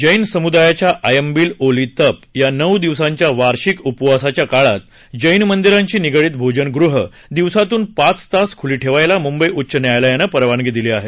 जैन समुदायाच्या आयम्बील ओली तप या नऊ दिवसांच्या वार्षिक उपवासाच्या काळात जैन मंदिरांशी निगडित भोजनगृह दिवसातून पाच तास खूली ठेवायला मुंबई उच्च न्यायालयानं परवानगी दिली आहे